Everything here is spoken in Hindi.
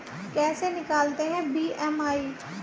कैसे निकालते हैं बी.एम.आई?